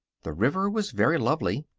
the river was very lovely.